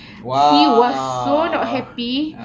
!wow!